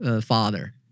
father